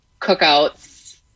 cookouts